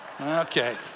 Okay